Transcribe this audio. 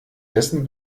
dessen